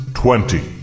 twenty